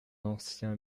ancien